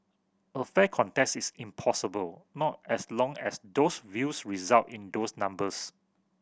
a fair contest is impossible not as long as those views result in those numbers